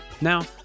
Now